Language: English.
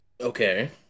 Okay